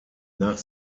nach